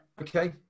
okay